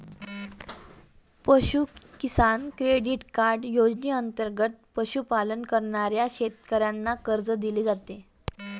पशु किसान credit card योजनेंतर्गत पशुपालन करणाऱ्या शेतकऱ्यांना कर्ज दिले जाते